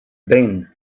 ben